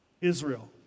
Israel